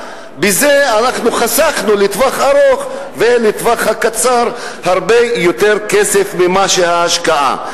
בזה אנחנו חסכנו לטווח הארוך ולטווח הקצר הרבה יותר כסף מאשר ההשקעה,